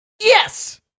Yes